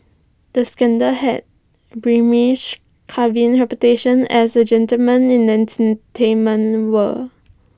the scandal had Kevin's reputation as A gentleman in an entertainment world